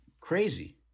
crazy